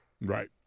Right